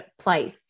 place